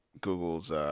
Google's